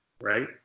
right